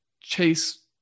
chase